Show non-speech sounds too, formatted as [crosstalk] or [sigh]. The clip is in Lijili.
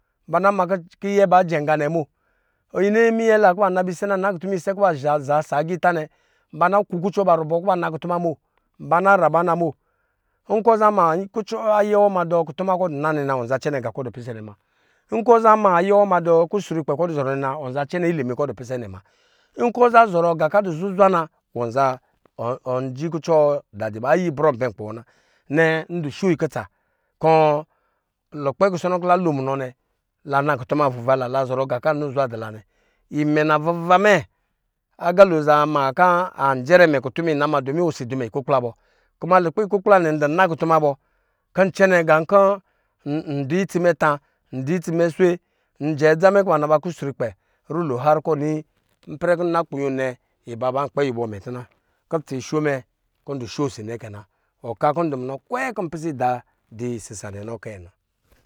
Ba na ma kiyɛ ba jɛ nga nɛ mo yi nini minyɛ la kɔ na ba isɛ kɔ ba na nakutum a isɛ kɔ ba za ɔsɔ agita nɛ ba na ku kucɔ ba rub ɔ kɔ ba na nakutuma mo ba na ra ba na mo nkɔ ɔ na maa ayɛ wɔ ma jɛn nkutuma nwa kɔ ɔdɔ na nɛ na ɔnza cɛnɛ ngan kɔ ɔ du pisɛ nɛ muna nkɔ ɔ za ma ayɛ wɔ ma jɛ ku srukpɛ kɔ ɔ du zɔrɔ nɛ na ɔnza cɛnɛ ilimi kɔ ɔ du zɔrɔ nɛ muna, nkɔ ɔ za zɔrɔ nga kɔ adɔ zuzwa na ɔuza [hesitation] ɔnji kucɔ wɔ ayi brɔn bɛ nkpi wɔ na. Nɛɛ ndɔ sho yi kutsa kɔ lukpɛ kus ɔnɔ kɔ la lo munɔ nɛ la na kutuma avuvala lazɔ rɔ nga kɔ anɔ zwa dula nɛ. imɛ navavuva mɛ aga lo aza ma kɔ anjɛrɛ mɛ kutuma ina muna domi osi adumɛ ikukpla bɔ lukpɛ ikwapla nɛ ndɔ na kutuma bɔ kɔ ncɛnɛ gan kɔ ndɔ itsi mɛ ta ndɔ itsi mɛ swe njɛ adza mɛ kɔ ba na ba kusrukpɛ rulo ha. kɔ ɔni ipɛrɛ kɔ nna kpunyo nɛ iba ba kpɛ yuwɔ imɛ tuna kutsa isho mɛ kɔ ndɔ sho osi nɛ kɛ na. Nga kɔ ndɔ munɔ kɔ npisɛ ida kwɛɛ dɔyi lukpɛ isisa wɛnɛ kɛna